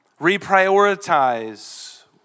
reprioritize